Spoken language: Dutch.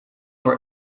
voor